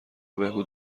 بهبود